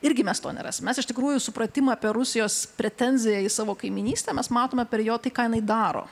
irgi mes to nerasime mes iš tikrųjų supratimą apie rusijos pretenziją į savo kaimynystę mes matome per jo tai ką jinai daro